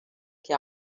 que